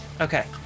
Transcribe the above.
Okay